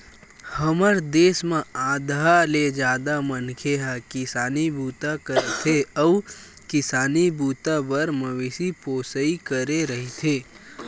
हमर देस म आधा ले जादा मनखे ह किसानी बूता करथे अउ किसानी बूता बर मवेशी पोसई करे रहिथे